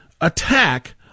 attack